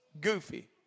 goofy